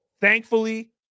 Thankfully